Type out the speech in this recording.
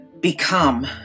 become